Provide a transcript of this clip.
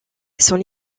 son